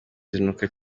zinuka